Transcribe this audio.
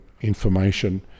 information